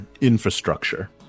infrastructure